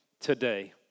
today